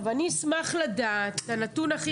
אני אשמח לדעת את הנתון הכי חשוב.